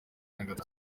nyagatare